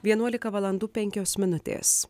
vienuolika valandų penkios minutės